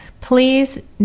please